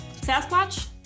Sasquatch